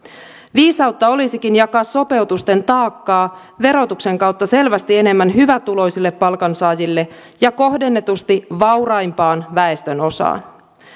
viisautta olisikin jakaa sopeutusten taakkaa verotuksen kautta selvästi enemmän hyvätuloisille palkansaajille ja kohdennetusti vauraimpaan väestönosaan